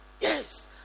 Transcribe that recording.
yes